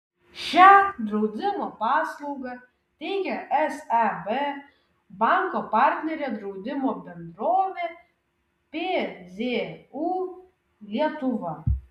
šią draudimo paslaugą teikia seb banko partnerė draudimo bendrovė pzu lietuva